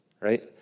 right